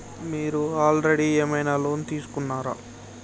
మీరు ఆల్రెడీ ఏమైనా లోన్ తీసుకున్నారా?